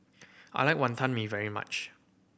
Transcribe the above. I like Wantan Mee very much